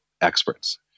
experts